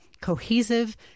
cohesive